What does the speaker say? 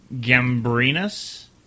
Gambrinus